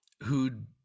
who'd